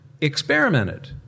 experimented